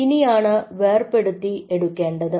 ഇനിയാണ് വേർപെടുത്തി എടുക്കേണ്ടത്